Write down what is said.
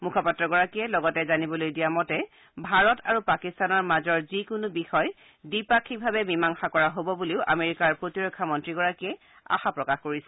মুখপাত্ৰ গৰাকীয়ে লগতে জানিবলৈ দিয়া মতে ভাৰত আৰু পাকিস্তানৰ মাজৰ যিকোনো বিষয় দ্বিপাক্ষিকভাৱে মীমাংসা কৰা হ'ব বুলিও আমেৰিকাৰ প্ৰতিৰক্ষা মন্ত্ৰীগৰাকীয়ে আশা প্ৰকাশ কৰিছে